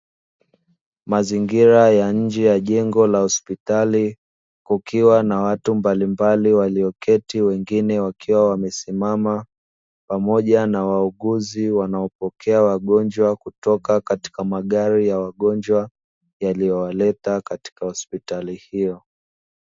Mazingira ya nje ya jengo la hospitali, kukiwa na watu mbalimbali walioketi wengine wakiwa wamesimama, pamoja na wauguzi wanaopokea wagonjwa kutoka katika magari ya wagonjwa yaliyowaleta katika hospitali hiyo.